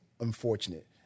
unfortunate